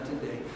today